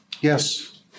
Yes